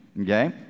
okay